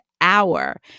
hour